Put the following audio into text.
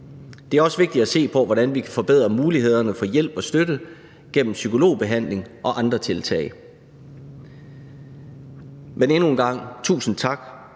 Det er også vigtigt at se på, hvordan vi kan forbedre mulighederne for hjælp og støtte gennem psykologbehandling og andre tiltag. Men endnu en gang tusind tak